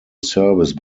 service